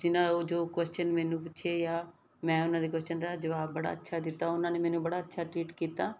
ਜਿਨਾ ਜੋ ਕੁਸ਼ਚਨ ਮੈਨੂੰ ਪੁੱਛੇ ਜਾਂ ਮੈਂ ਉਹਨਾਂ ਦੇ ਕੁਸ਼ਚਨ ਦਾ ਜਵਾਬ ਬੜਾ ਅੱਛਾ ਦਿੱਤਾ ਉਹਨਾਂ ਨੇ ਮੈਨੂੰ ਬੜਾ ਅੱਛਾ ਟਰੀਟ ਕੀਤਾ